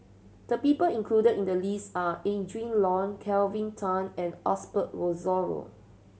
the people included in the list are Adrin Loi Kelvin Tan and Osbert Rozario